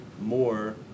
more